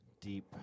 deep